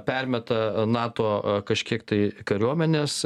permeta nato kažkiek tai kariuomenės